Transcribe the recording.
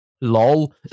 Lol